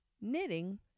knitting